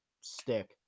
stick